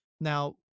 Now